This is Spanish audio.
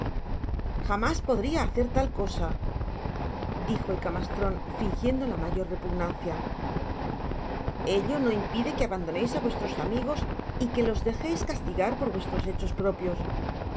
jamás podria hacer tál cosa dijo el camastron finguiendo la mayor repugnancia ello no impide que abandoneis á vuestros amigos y que los dejeis castigar por vuestros hechos propios